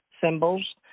symbols